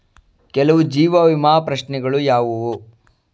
ಕೆಲವು ಜೀವ ವಿಮಾ ಪ್ರಶ್ನೆಗಳು ಯಾವುವು?